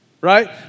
right